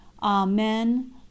Amen